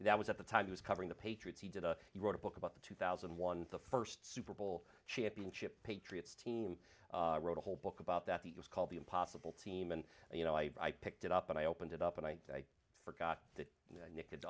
the that was at the time i was covering the patriots he did a he wrote a book about the two thousand and one the st super bowl championship patriots team wrote a whole book about that it was called the impossible team and you know i picked it up and i opened it up and i forgot that nic